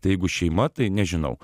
tai jeigu šeima tai nežinau